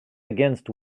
against